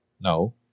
no